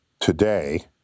today